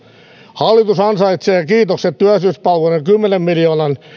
hallitus ansaitsee kiitokset työllisyyspalveluiden kymmenen miljoonan